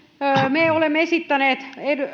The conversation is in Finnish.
me olemme esittäneet